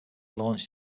launched